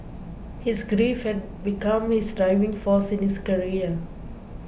his grief had become his driving force in his career